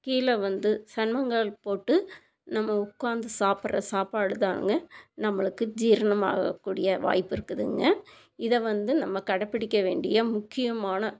கீழே வந்து சன்முகங்கால் போட்டு நம்ம உட்காந்து சாப்பிட்ற சாப்பாடு தாங்க நம்மளுக்கு ஜீரணம் ஆகக்கூடிய வாய்ப்பு இருக்குதுங்க இதை வந்து நம்ம கடைப்பிடிக்க வேண்டிய முக்கியமான